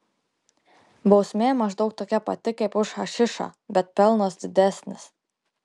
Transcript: bausmė maždaug tokia pati kaip už hašišą bet pelnas didesnis